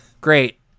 great